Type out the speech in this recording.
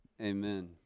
Amen